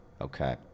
Okay